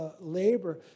labor